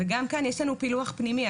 וגם כאן יש לנו פילוח פנימי.